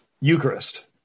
Eucharist